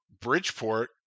Bridgeport